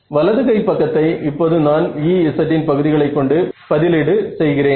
வலது கை பக்கத்தை இப்போது நான் Ez இன் பகுதிகளை கொண்டு பதிலீடு செய்கிறேன்